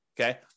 Okay